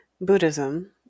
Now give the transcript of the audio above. buddhism